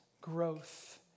growth